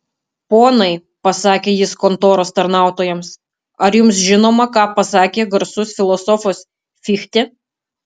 ponai pasakė jis kontoros tarnautojams ar jums žinoma ką pasakė garsus filosofas fichtė